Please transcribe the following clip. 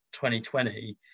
2020